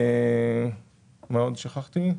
נשים,